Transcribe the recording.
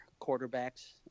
quarterbacks